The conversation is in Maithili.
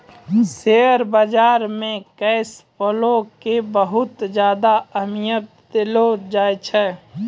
शेयर बाजार मे कैश फ्लो के बहुत ज्यादा अहमियत देलो जाए छै